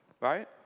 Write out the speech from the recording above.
Right